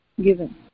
given